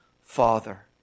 Father